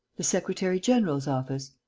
the secretary-general's office.